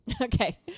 Okay